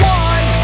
one